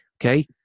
Okay